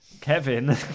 Kevin